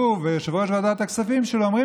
הוא ויושב-ראש ועדת הכספים שלו אומרים